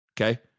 Okay